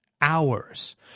hours